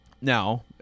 Now